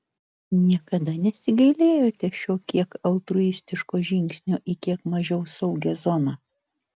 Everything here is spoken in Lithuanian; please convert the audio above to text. niekada nesigailėjote šio kiek altruistiško žingsnio į kiek mažiau saugią zoną